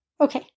okay